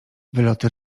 wyloty